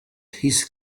his